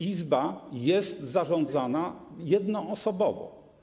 Izba jest zarządzana jednoosobowo.